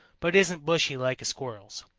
but isn't bushy like a squirrel's.